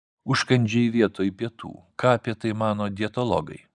užkandžiai vietoj pietų ką apie tai mano dietologai